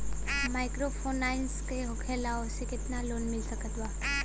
Microfinance का होखेला और ओसे केतना लोन मिल सकत बा?